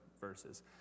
verses